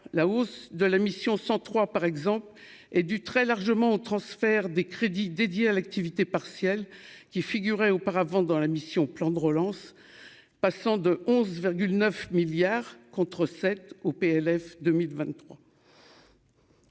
la hausse de la mission 103 par exemple et du très largement transfère des crédits dédiés à l'activité partielle qui figurait auparavant dans la mission, plan de relance, passant de 11 9 milliards contre 7 au PLF 2023.